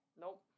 Nope